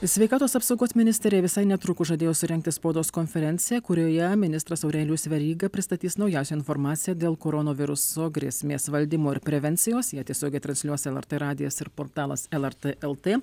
sveikatos apsaugos ministerija visai netrukus žadėjo surengti spaudos konferenciją kurioje ministras aurelijus veryga pristatys naujausią informaciją dėl koronaviruso grėsmės valdymo ir prevencijos ją tiesiogiai transliuos lrt radijas ir portalas lrt lt